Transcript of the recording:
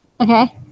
okay